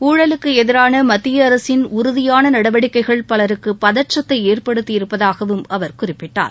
ஊழலுக்கு எதிரான மத்திய அரசின் உறுதியான நடவடிக்கைகள் பலருக்கு பதற்றத்தை ஏற்படுத்தி இருப்பதாகவும் அவர் குறிப்பிட்டார்